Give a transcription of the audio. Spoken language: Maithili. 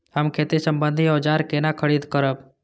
हम खेती सम्बन्धी औजार केना खरीद करब?